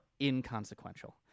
inconsequential